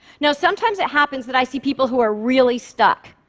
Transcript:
now, sometimes it happens that i see people who are really stuck,